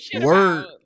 word